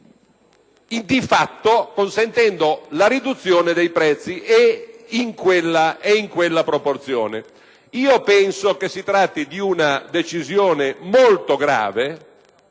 di fatto consentendo la riduzione dei prezzi e in quella proporzione. Penso si tratti di una decisione molto grave